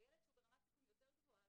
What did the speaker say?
הילד שהוא ברמת סיכון יותר גבוהה,